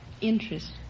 Interest